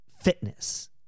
fitness